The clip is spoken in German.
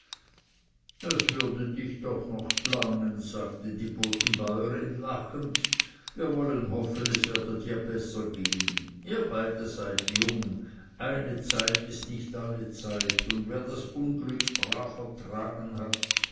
das würde dich doch noch blangen sagte die bodenbäurin lachend wir wollen hoffen es werde dir besser gehen ihr seid beide jung eine zeit ist nicht alle zeit und wer das unglück brav ertragen hat